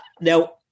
Now